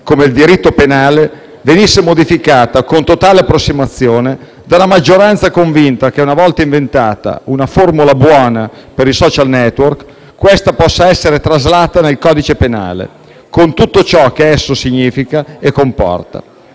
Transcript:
come il diritto penale venisse modificata con totale approssimazione da una maggioranza convinta che una volta inventata una formula buona per i *social network*, questa possa essere traslata nel codice penale, con tutto ciò che esso significa e comporta,